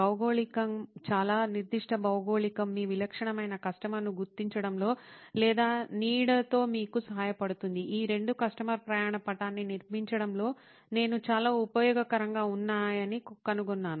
భౌగోళికం చాలా నిర్దిష్ట భౌగోళికం మీ విలక్షణమైన కస్టమర్ను గుర్తించడంలో లేదా నీడతో మీకు సహాయపడుతుంది ఈ రెండూ కస్టమర్ ప్రయాణ పటాన్ని నిర్మించడంలో నేను చాలా ఉపయోగకరంగా ఉన్నాయని కనుగొన్నాను